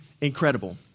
incredible